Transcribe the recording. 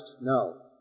No